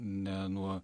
ne nuo